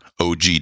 og